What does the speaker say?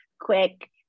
quick